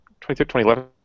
2011